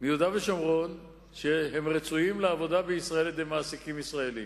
מיהודה ושומרון שהם רצויים לעבודה בישראל על-ידי מעסיקים ישראלים.